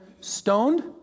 stoned